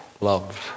loved